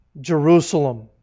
Jerusalem